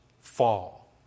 fall